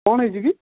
କ'ଣ ହୋଇଛି କି